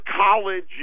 college